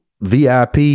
VIP